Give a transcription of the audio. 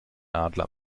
adler